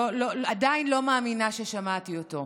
עדיין לא מאמינה ששמעתי אותו.